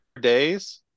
days